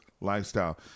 lifestyle